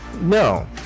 No